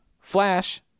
Flash